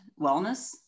wellness